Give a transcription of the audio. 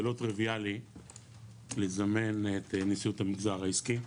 לא טריוויאלי לזמן את נשיאות המגזר העסקי,